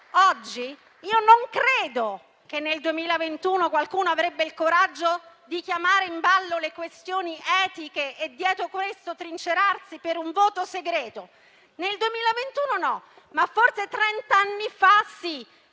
razzismo, non credo che nel 2021 qualcuno avrebbe il coraggio di tirare in ballo questioni etiche e dietro queste trincerarsi per un voto segreto. Nel 2021 no, ma forse trent'anni fa sì.